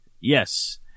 Yes